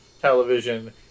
television